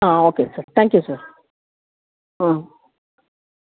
okay sir thank you sir